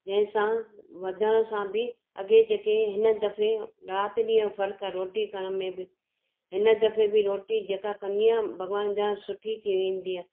जंहिंसां वधण सां बि अॻिए जेके हिन दफ़े राति ॾींहुं फ़र्कु आहे रोटी करण में बि हिन दफ़े बि रोटी जेका कंदी हुअमि भॻवान जी दया सां सुठी थी वेंदी आ्हे